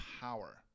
power